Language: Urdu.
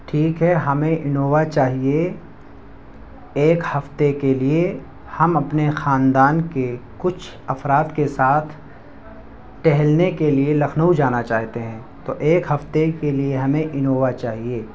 ٹھیک ہے ہمیں انووا چاہیے ایک ہفتے کے لیے ہم اپنے خاندان کے کچھ افراد کے ساتھ ٹہلنے کے لیے لکھنؤ جانا چاہتے ہیں تو ایک ہفتے کے لیے ہمیں انووا چاہیے